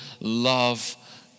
love